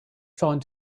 trying